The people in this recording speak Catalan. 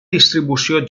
distribució